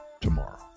tomorrow